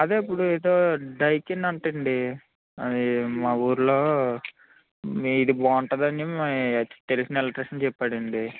అదే ఇప్పుడేదో డైకిన్ అంటండి అది మా ఊర్లో మీది బాగుంటుందని అని తెలిసిన ఎలెక్ట్రిషన్ చెప్పాడండి